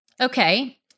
Okay